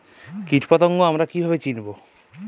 কীটপতঙ্গ আমরা কীভাবে চিনব?